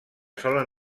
solen